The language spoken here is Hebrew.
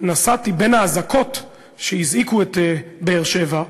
נסעתי בין האזעקות שהזעיקו את באר-שבע,